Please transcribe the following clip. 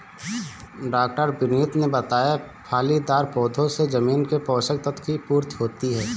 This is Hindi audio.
डॉ विनीत ने बताया फलीदार पौधों से जमीन के पोशक तत्व की पूर्ति होती है